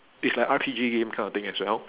it's like R_P_G game kind of thing as well